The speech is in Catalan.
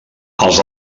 els